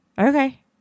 Okay